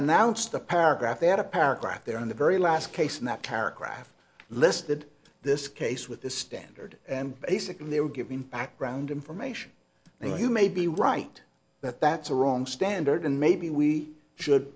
announced the paragraph they had a paragraph there on the very last case in that paragraph listed this case with the standard and basically they were given background information and you may be right that that's a wrong standard and maybe we should